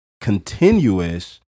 continuous